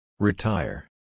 Retire